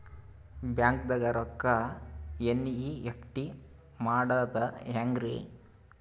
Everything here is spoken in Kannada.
ಬ್ಯಾಂಕ್ದಾಗ ರೊಕ್ಕ ಎನ್.ಇ.ಎಫ್.ಟಿ ಮಾಡದ ಹೆಂಗ್ರಿ?